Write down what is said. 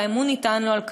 והאמון ניתן לו על כך.